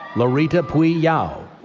lorita pui yau.